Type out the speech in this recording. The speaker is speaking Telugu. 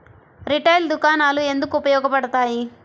రిటైల్ దుకాణాలు ఎందుకు ఉపయోగ పడతాయి?